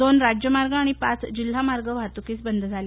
दोन राज्यमार्ग आणि पाच जिल्हा मार्ग वाहतुकीस बंद झाले